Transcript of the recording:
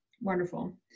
Wonderful